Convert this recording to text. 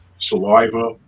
saliva